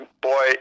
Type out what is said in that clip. boy